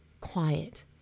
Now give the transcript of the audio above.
quiet